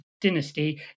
dynasty